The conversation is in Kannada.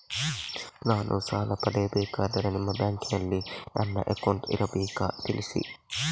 ನಾನು ಸಾಲ ಪಡೆಯಬೇಕಾದರೆ ನಿಮ್ಮ ಬ್ಯಾಂಕಿನಲ್ಲಿ ನನ್ನ ಅಕೌಂಟ್ ಇರಬೇಕಾ ತಿಳಿಸಿ?